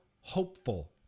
hopeful